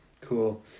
Cool